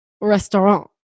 Restaurant